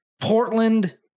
Portland